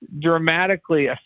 dramatically